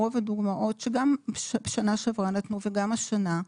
שגם בשנה שעברה נתנו וגם השנה,